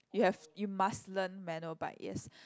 you have you must learn manual bike yes